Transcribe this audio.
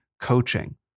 coaching